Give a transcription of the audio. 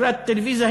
אגרת הטלוויזיה,